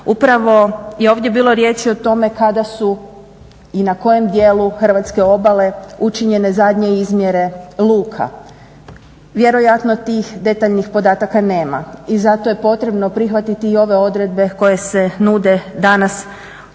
Upravo je ovdje bilo riječi o tome kada su i na kojem djelu hrvatske obale učinjene zadnje izmjere luka. Vjerojatno tih detaljnih podataka nema i zato je potrebno prihvatiti i ove odredbe koje se nude danas pred